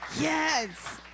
yes